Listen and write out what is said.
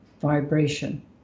vibration